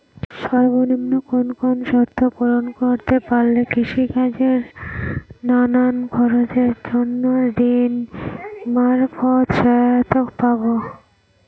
সর্বনিম্ন কোন কোন শর্ত পূরণ করতে পারলে কৃষিকাজের নানান খরচের জন্য ঋণ মারফত সহায়তা পাব?